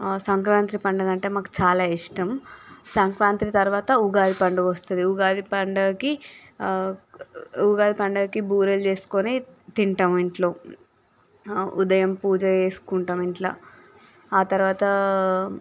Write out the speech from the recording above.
సంక్రాంతి పండుగ అంటే మాకు చాలా ఇష్టం సంక్రాంతి తర్వాత ఉగాది పండుగ వస్తుంది ఉగాది పండుగకి ఉగాది పండుగకి బూరెలు చేసుకోని తింటాము ఇంట్లో ఉదయం పూజ చేసుకుంటాం ఇంట్లో ఆ తర్వాత